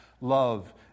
love